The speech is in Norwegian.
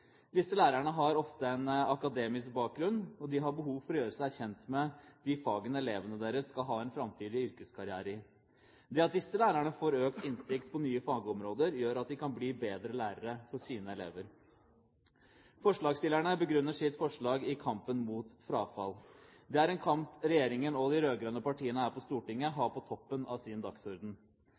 Disse lærerne har ofte en akademisk bakgrunn, og de har behov for å gjøre seg kjent med de fagene elevene deres skal ha en framtidig yrkeskarriere i. Det at disse lærerne får økt innsikt i nye fagområder, gjør at de kan bli bedre lærere for sine elever. Forslagsstillerne begrunner sitt forslag i kampen mot frafall. Det er en kamp regjeringen og de rød-grønne partiene her på Stortinget har på toppen av sin dagsorden.